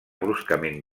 bruscament